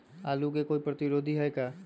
आलू के कोई प्रतिरोधी है का?